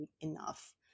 enough